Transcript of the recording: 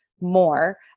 more